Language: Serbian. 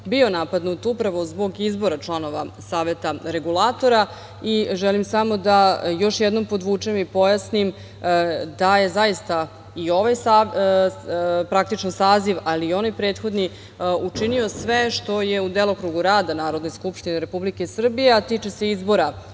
bio napadnut upravo zbog izbora članova Saveta regulatora. Želim samo da još jednom podvučem i pojasnim da je zaista i ovaj saziv, ali i onaj prethodni učinio sve što je u delokrugu rada Narodne skupštine Republike Srbije, a tiče se izbora